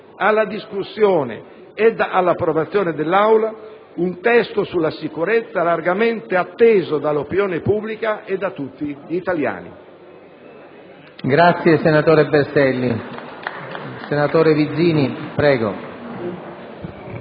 alla discussione ed all'approvazione dell'Assemblea un testo sulla sicurezza largamente atteso dall'opinione pubblica e da tutti gli italiani.